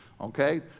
Okay